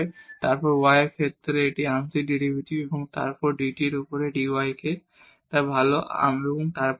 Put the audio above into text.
এবং তারপর y এর ক্ষেত্রে এটির আংশিক ডেরিভেটিভ এবং তারপর dt এর উপর dy যা k হবে